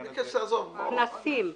כנסים.